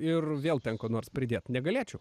ir vėl ten ko nors pridėti negalėčiau